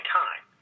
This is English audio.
time